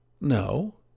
No